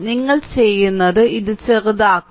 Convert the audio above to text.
നിങ്ങൾ ചെയ്യുന്നത് ഇത് ചെറുതാക്കും